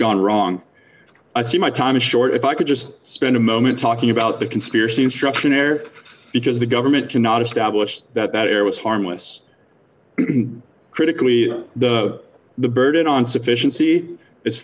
gone wrong i see my time is short if i could just spend a moment talking about the conspiracy instruction air because the government cannot establish that that air was harmless critically the the burden on sufficien